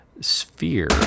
Sphere